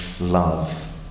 love